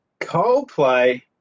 Coldplay